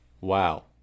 Wow